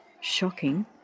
shocking